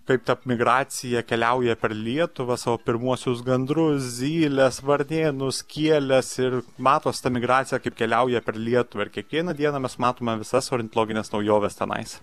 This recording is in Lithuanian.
kaip ta migracija keliauja per lietuvą savo pirmuosius gandrus zyles varnėnus kieles ir matos ta migracija kaip keliauja per lietuvą ir kiekvieną dieną mes matome visas ornitologines naujoves tenais